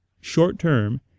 short-term